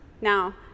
Now